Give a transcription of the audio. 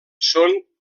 són